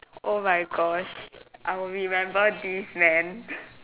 oh my gosh I will remember this man